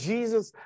Jesus